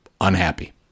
unhappy